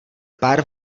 pár